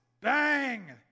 Bang